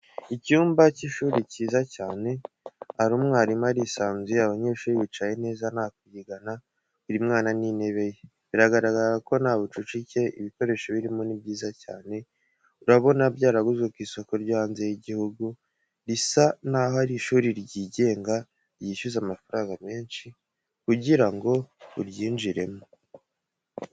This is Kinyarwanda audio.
Icyumba cy'ishuri cyiza cyane, ari umwarimu arisanzuye, abanyeshuri bicaye neza nta kubyigana, buri mwana n'intebe ye, biragaragara ko nta bucucike. Ibikoresho birimo ni byiza cyane, urabona byaraguzwe ku masoko yo hanze y'igihugu, risa naho ari ishuri ryigenga ryishyuza amafaranga menshi kugira ngo uryinjirimo.